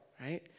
right